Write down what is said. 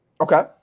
Okay